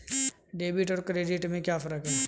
Debit और credit में क्या फर्क है?